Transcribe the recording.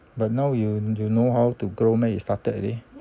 but now you you know how to grow meh you started already